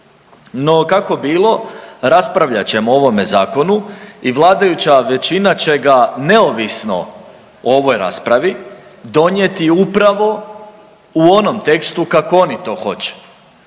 No, kako bilo raspravljat ćemo o ovome zakonu i vladajuća većina će ga neovisno o ovoj raspravi donijeti upravo u onom tekstu kako oni to hoće